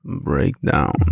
breakdown